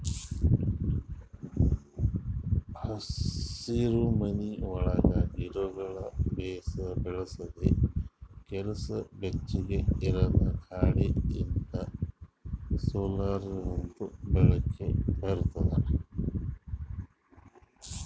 ಹಸಿರುಮನಿ ಒಳಗ್ ಗಿಡಗೊಳ್ ಬೆಳಸದ್ ಕೆಲಸ ಬೆಚ್ಚುಗ್ ಇರದ್ ಗಾಳಿ ಲಿಂತ್ ಸೋಲಾರಿಂದು ಬೆಳಕ ಬರ್ತುದ